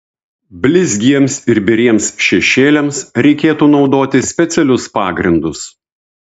blizgiems ir biriems šešėliams reikėtų naudoti specialius pagrindus